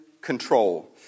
control